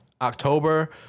October